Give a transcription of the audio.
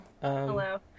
Hello